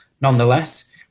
Nonetheless